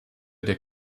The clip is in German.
der